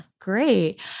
Great